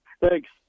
Thanks